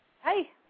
Hey